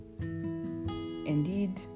Indeed